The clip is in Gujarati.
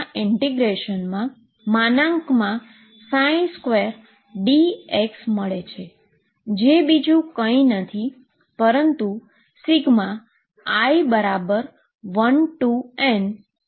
જે 0L2dx મળે છે જે બીજુ કંઇ નહીં પરંતુ i1Ni2Δx છે